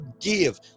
give